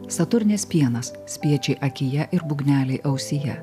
saturnės pienas spiečiai akyje ir būgneliai ausyje